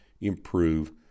improve